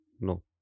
no